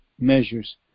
measures